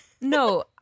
no